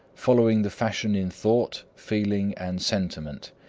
following the fashion in thought, feeling and sentiment.